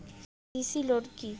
CC loan কি?